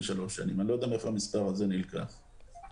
אני לא יודע מהיכן נלקח המספר הזה.